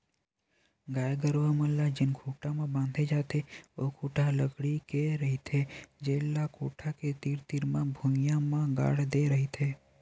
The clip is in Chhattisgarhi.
गाय गरूवा मन ल जेन खूटा म बांधे जाथे ओ खूटा ह लकड़ी के ही रहिथे जेन ल कोठा के तीर तीर म भुइयां म गाड़ दे रहिथे